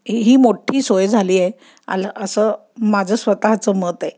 ही ही मोठी सोय झाली आहे आलं असं माझं स्वतःचं मत आहे